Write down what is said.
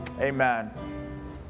Amen